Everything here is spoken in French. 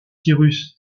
cyrus